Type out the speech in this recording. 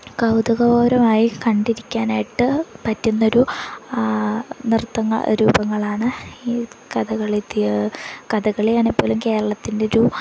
കൗതുകകരമായി കണ്ടിരിക്കാനായിട്ട് പറ്റുന്നൊരു നൃത്തരൂപമാണ് ഈ കഥകളി കഥകളിയാണെങ്കില്പ്പോലും കേരളത്തിൻ്റെ ഒരു